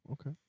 Okay